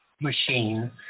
machine